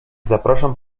zapraszam